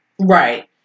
Right